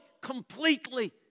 completely